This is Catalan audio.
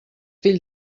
fill